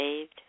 saved